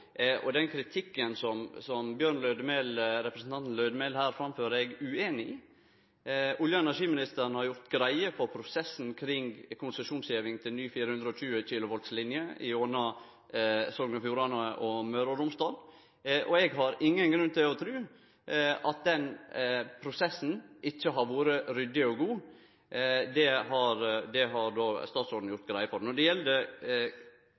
Og den kritikken som representanten Lødemel her framfører, er eg ueinig i. Olje- og energiministeren har gjort greie for prosessen kring konsesjonsgjeving til ny 420 kV-linje gjennom Sogn og Fjordane og Møre og Romsdal, og eg har ingen grunn til å tru at den prosessen ikkje har vore ryddig og god. Dette har statsråden gjort greie for. Når det gjeld